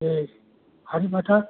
हरी मटर